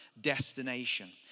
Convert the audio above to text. destination